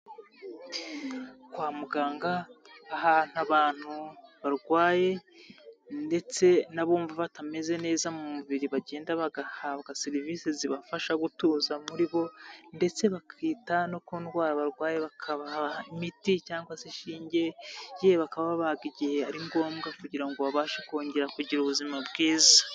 Kwa muganga, ahantu abantu barwaye ndetse n'abumva batameze neza mu mubiribajya, bagahabwa serivisi zibafasha gutuza muri bo, ndetse bakita no ku ndwara barwaye bakabaha imiti cyangwa inshinge. Bakabaga igihe ari ngombwa kugira ngo babashe kongera kugira ubuzima bwiza.